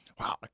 wow